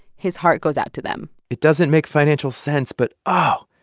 his heart goes out to them it doesn't make financial sense, but, oh,